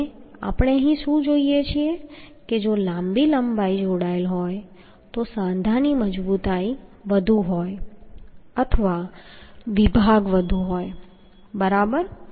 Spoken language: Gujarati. અને આપણે અહીં શું જોઈએ છીએ કે જો લાંબી લંબાઈ જોડાયેલ હોય તો સાંધાની મજબૂતાઈ વધુ હોય અથવા વિભાગ વધુ હોય બરાબર